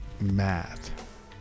math